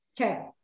Okay